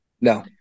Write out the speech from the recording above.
No